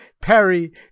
perry